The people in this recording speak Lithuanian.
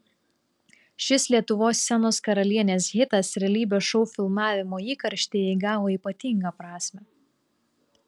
šis lietuvos scenos karalienės hitas realybės šou filmavimo įkarštyje įgavo ypatingą prasmę